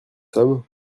sommes